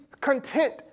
content